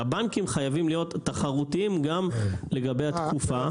שהבנקים חייבים להיות תחרותיים גם לגבי התקופה.